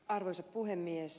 arvoisa puhemies